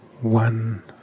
one